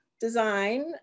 design